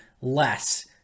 less